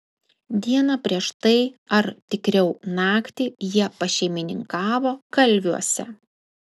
dieną prieš tai ar tikriau naktį jie pašeimininkavo kalviuose